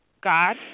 God